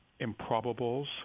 improbables